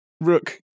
Rook